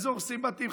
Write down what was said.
איזה הורסים בתים?